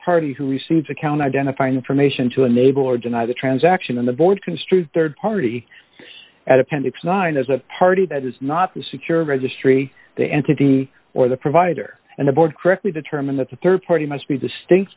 party who receives account identifying information to enable or deny the transaction on the board construe rd party at appendix nine is a party that is not secure registry the entity or the provider and the board correctly determine that the rd party must be distinct